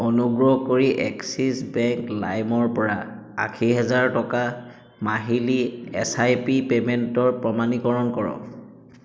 অনুগ্ৰহ কৰি Axis bank লাইমৰ পৰা আশী হাজাৰ টকা মাহিলী এছ আই পি পে'মেণ্টৰ প্ৰমাণীকৰণ কৰক